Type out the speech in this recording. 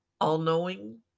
all-knowing